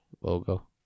logo